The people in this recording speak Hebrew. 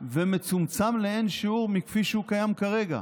ומצומצם לאין שיעור מכפי שהוא קיים כרגע.